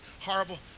horrible